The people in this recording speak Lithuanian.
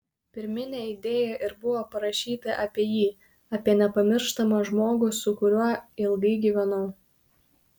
pirminė idėja ir buvo parašyti apie jį apie nepamirštamą žmogų su kuriuo ilgai gyvenau